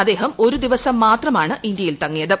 അദ്ദേഹം ഒരു ദിവസം മാത്രമാണ് ഇന്ത്യയിൽ തങ്ങിയത്